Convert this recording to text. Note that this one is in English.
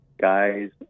guys